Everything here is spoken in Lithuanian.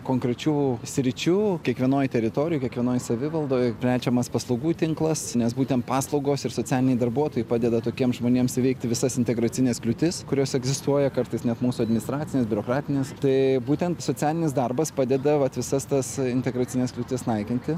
konkrečių sričių kiekvienoj teritorijoj kiekvienoj savivaldoj plečiamas paslaugų tinklas nes būtent paslaugos ir socialiniai darbuotojai padeda tokiems žmonėms įveikti visas integracines kliūtis kurios egzistuoja kartais net mūsų administracinės biurokratinės tai būtent socialinis darbas padeda vat visas tas integracines kliūtis naikinti